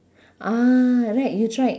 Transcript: ah right you tried